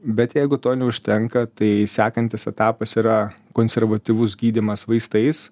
bet jeigu to neužtenka tai sekantis etapas yra konservatyvus gydymas vaistais